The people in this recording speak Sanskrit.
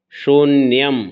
शून्यम्